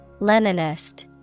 Leninist